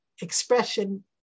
expression